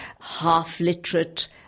half-literate